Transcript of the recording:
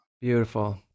beautiful